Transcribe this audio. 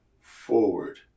forward